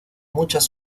muchas